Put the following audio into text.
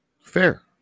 fair